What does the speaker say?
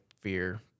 fear